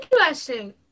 Interesting